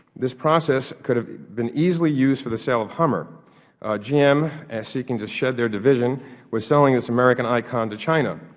this process could have been easily used for the sale of hummer gm, as seeking to shed their division was selling this american icon to china.